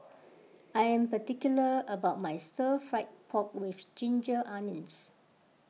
I am particular about my Stir Fried Pork with Ginger Onions